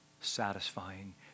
satisfying